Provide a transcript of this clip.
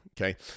Okay